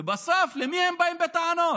ובסוף, למי הם באים בטענות?